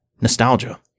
Nostalgia